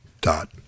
dot